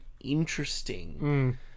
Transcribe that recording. interesting